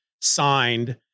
signed